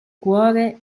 cuore